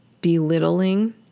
belittling